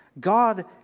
God